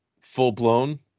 full-blown